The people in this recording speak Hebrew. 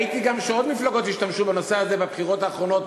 ראיתי גם שעוד מפלגות השתמשו בנושא הזה בבחירות האחרונות,